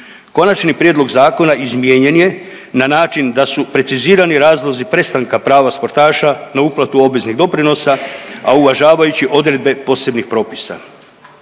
Konačni prijedlog Zakona izmijenjen je na način da su precizirani razlozi prestanka prava sportaša na uplatu obveznih doprinosa, a uvažavajući odredbe posebnih propisa.